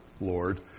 Lord